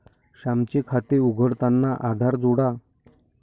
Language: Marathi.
श्यामचे खाते उघडताना आधार जोडा